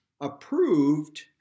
approved